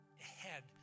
ahead